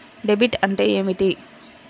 Debit అంటే ఏమిటి?